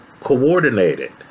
coordinated